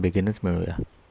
बेगीनच मेळया